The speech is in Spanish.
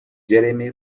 jeremy